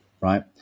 Right